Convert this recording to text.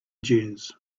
dunes